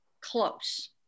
close